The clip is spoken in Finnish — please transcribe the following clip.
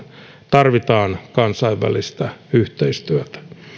tarvitaan kansainvälistä yhteistyötä